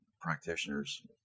practitioners